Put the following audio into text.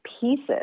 pieces